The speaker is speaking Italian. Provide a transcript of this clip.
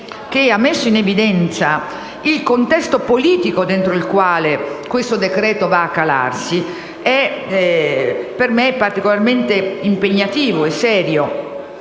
che ha messo in evidenza il contesto politico nel quale questo decreto-leggeva a calarsi, è per me particolarmente impegnativo e serio.